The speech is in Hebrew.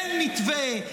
אין מתווה,